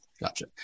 Gotcha